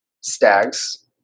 stags